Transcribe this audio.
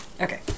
okay